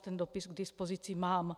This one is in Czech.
Ten dopis k dispozici mám.